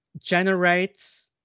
generates